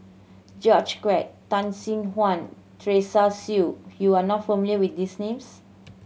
George Quek Tan Sin Aun Teresa Hsu you are not familiar with these names